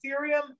Ethereum